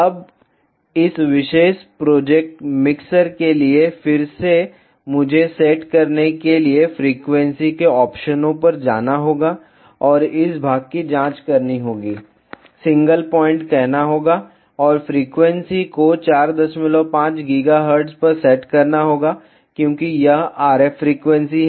अब इस विशेष प्रोजेक्ट मिक्सर के लिए फिर से मुझे सेट करने के लिए फ्रीक्वेंसी के ऑप्शनों पर जाना होगा और इस भाग की जांच करनी होगी सिंगल पॉइंट कहना होगा और फ्रीक्वेंसी को 45 GHz पर सेट करना होगा क्योंकि यह RF फ्रीक्वेंसी है